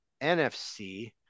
NFC